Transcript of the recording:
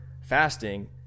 fasting